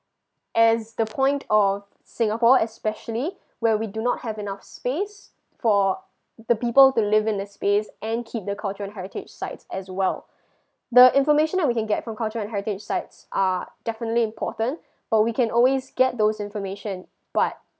as the point of singapore especially where we do not have enough space for the people to live in the space and keep the culture and heritage sites as well the information that we can get from culture and heritage sites are definitely important but we can always get those information but